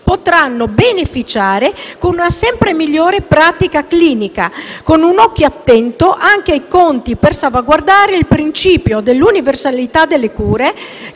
potranno beneficiare, per una sempre migliore pratica clinica, con un occhio attento anche ai conti, per salvaguardare il principio dell'universalità delle cure,